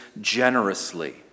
generously